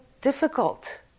difficult